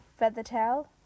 Feathertail